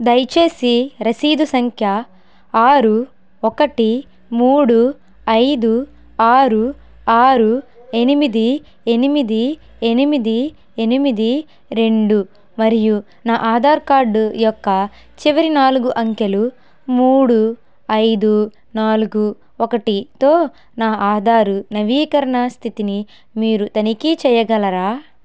దయచేసి రసీదు సంఖ్య ఆరు ఒకటి మూడు ఐదు ఆరు ఆరు ఎనిమిది ఎనిమిది ఎనిమిది ఎనిమిది రెండు మరియు నా ఆధార్ కార్డ్ యొక్క చివరి నాలుగు అంకెలు మూడు ఐదు నాలుగు ఒకటితో నా ఆధార్ నవీకరణ స్థితిని మీరు తనిఖీ చెయ్యగలరా